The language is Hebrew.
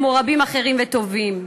כמו רבים אחרים וטובים.